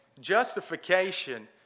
justification